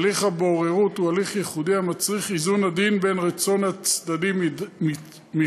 הליך הבוררות הוא הליך ייחודי המצריך איזון עדין בין רצון הצדדים מחד